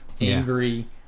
angry